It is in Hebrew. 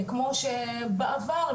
כמו שבעבר,